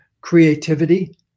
Creativity